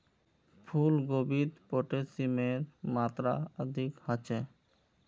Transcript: फूल गोभीत पोटेशियमेर मात्रा अधिक ह छे